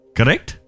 Correct